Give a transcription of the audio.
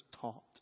taught